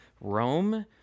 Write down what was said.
Rome